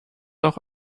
auch